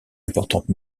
importante